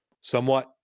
somewhat